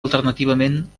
alternativament